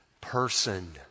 person